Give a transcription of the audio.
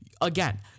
Again